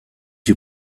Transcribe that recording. you